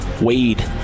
Wade